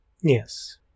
Yes